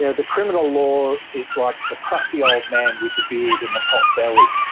yeah the criminal law is like the crusty old man with the beard and the potbelly,